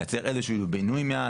לייצר איזה שהוא בינוי מעל,